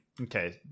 Okay